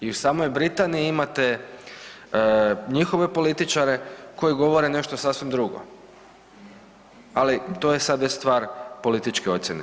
I u samoj Britaniji imate njihove političare koji govore nešto sasvim drugo, ali to je sad već stvar političke ocjene.